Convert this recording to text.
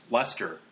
Lester